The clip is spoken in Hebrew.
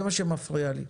זה מה שמפריע לי.